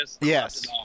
Yes